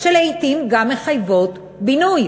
שלעתים גם מחייבות בינוי.